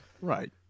Right